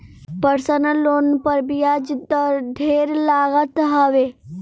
personal loan पर बियाज दर ढेर लागत हवे